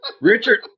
Richard